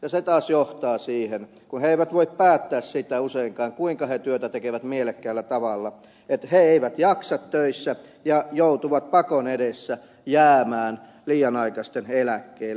ja se taas johtaa siihen että kun he eivät voi päättää siitä useinkaan kuinka he työtä tekevät mielekkäällä tavalla niin he eivät jaksa töissä ja joutuvat pakon edessä jäämään liian aikaisin eläkkeelle